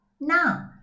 Now